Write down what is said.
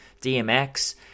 dmx